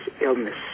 illness